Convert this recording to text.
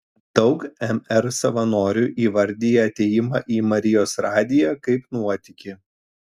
daug mr savanorių įvardija atėjimą į marijos radiją kaip nuotykį